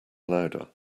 laude